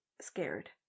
scared